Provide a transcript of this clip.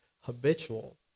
habitual